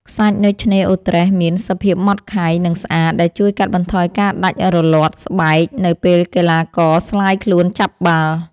ខ្សាច់នៅឆ្នេរអូរត្រេះមានសភាពម៉ដ្តខៃ និងស្អាត ដែលជួយកាត់បន្ថយការដាច់រលាត់ស្បែកនៅពេលកីឡាករស្លាយខ្លួនចាប់បាល់។